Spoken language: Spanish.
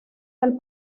del